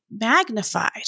magnified